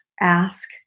ask